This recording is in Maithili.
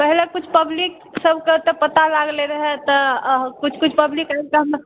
पहिले किछु पब्लिक सबकेँ पता लागलै रहै तऽ किछु किछु पब्लिक एकदम